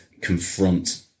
confront